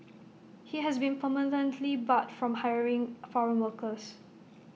he has been permanently barred from hiring foreign workers